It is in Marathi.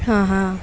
हां हां